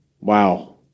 Wow